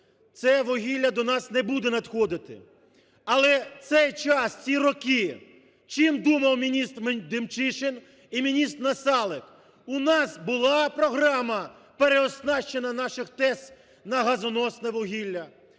це вугілля до нас не буде надходити? Але цей час, ці роки чим думав міністр Демчишин і міністр Насалик? У нас була програма переоснащення наших ТЕЦ на газоносне в угілля?